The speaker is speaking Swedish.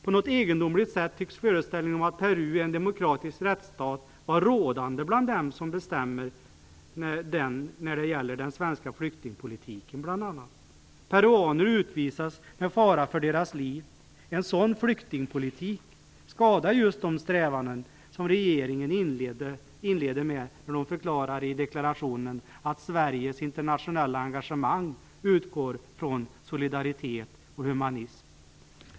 På något egendomligt sätt tycks föreställningen om att Peru är en demokratisk rättsstat vara rådande bland dem som bestämmer när det gäller den svenska flyktingpolitiken, bl.a. Peruaner utvisas med fara för deras liv. En sådan flyktingpolitik skadar just de strävanden som utrikesministern inledde med när hon i deklarationen förklarade att Sveriges internationella engagemang utgår från solidaritet och humanism.